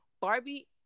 Barbie